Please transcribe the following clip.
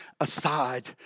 aside